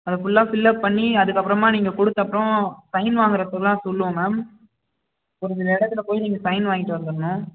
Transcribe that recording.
அதை ஃபுல்லாக ஃபில்லப் பண்ணி அதுக்கப்புறமாக நீங்கள் கொடுத்தப்புறம் சைன் வாங்குறப்போ தான் சொல்லுவோம் மேம் ஒரு இடத்தில் போய் நீங்கள் சைன் வாங்கிகிட்டு வந்துவிடணும்